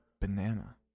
banana